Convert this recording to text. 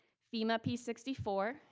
fema p sixty four,